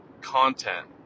content